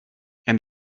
and